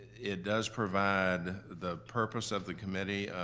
it does provide the purpose of the committee.